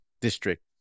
district